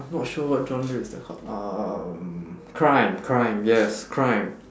I'm not sure what genre is that called um crime crime yes crime